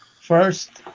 first